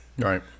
Right